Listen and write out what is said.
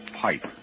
pipe